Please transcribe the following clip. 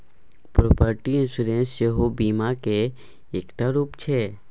property insurance सेहो बीमाक एकटा रुप छै